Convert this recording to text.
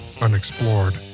unexplored